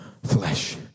Flesh